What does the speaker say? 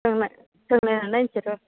दे होमब्ला रायज्लायना नायनोसैर'